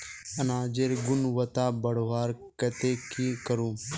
अनाजेर गुणवत्ता बढ़वार केते की करूम?